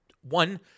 One